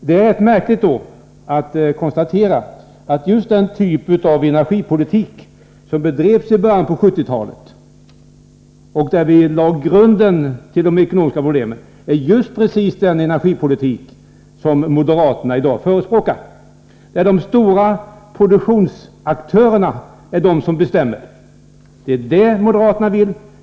Det är då rätt märkligt att kunna konstatera att den typ av energipolitik som bedrevs i början av 1970-talet, när grunden lades till de ekonomiska problemen, är just den energipolitik som moderaterna i dag förespråkar — de stora produktionsaktörerna bestämmer. Det är det moderaterna vill.